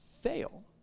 fail